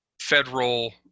federal